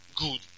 Good